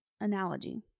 analogy